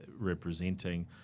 representing